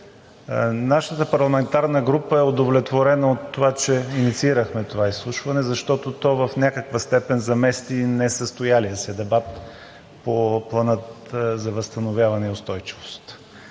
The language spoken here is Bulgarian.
нашата парламентарна група е удовлетворена от това, че инициирахме това изслушване, защото то в някаква степен замести несъстоялия се дебат по Плана за възстановяване и устойчивост.